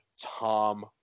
Tom